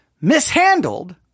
mishandled